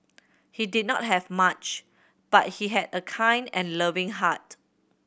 he did not have much but he had a kind and loving heart